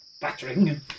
battering